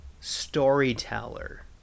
storyteller